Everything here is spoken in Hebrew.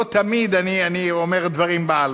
לא תמיד אני אומר דברים בעלמא.